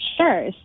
Sure